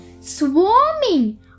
swarming